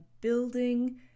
building